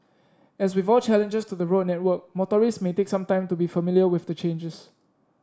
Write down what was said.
as with all changes to the road network motorists may take some time to be familiar with the changes